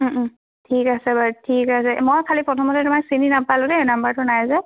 ঠিক আছে বাৰু ঠিক আছে মই খালি প্ৰথমতে তোমাক চিনি নাপালোঁ দেই নাম্বাৰটো নাই যে